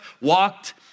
walked